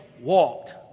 walked